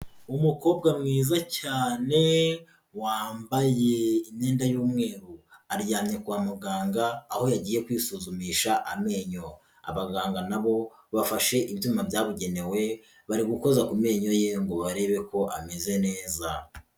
Umukobwa mwiza cyane wambaye imyenda y'umweru, aryamye kwa muganga aho yagiye kwisuzumisha amenyo, abaganga na bo bafashe ibyuma byabugenewe bari gukoza ku menyo ye ngo barebe ko ameze neza.